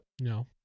No